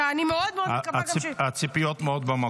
אני מאוד מקווה גם --- הציפיות מאוד במקום,